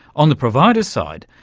on the providers' side,